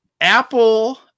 Apple